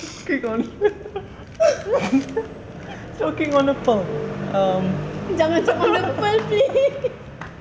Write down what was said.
click on choking on the pearl